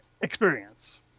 experience